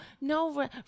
no